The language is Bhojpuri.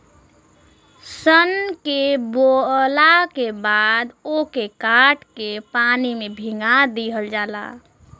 सन के बोवला के बाद ओके काट के पानी में भीगा दिहल जाला